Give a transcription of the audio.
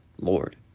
Lord